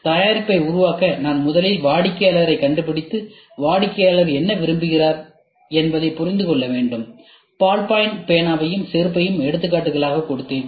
ஒரு தயாரிப்பை உருவாக்க நான் முதலில் வாடிக்கையாளரைக் கண்டுபிடித்து வாடிக்கையாளர் என்ன விரும்புகிறார் என்பதைப் புரிந்து கொள்ள வேண்டும் பால் பாயிண்ட் பேனாவையும்செருப்பையும் எடுத்துக்காட்டுகளாக கொடுத்தேன்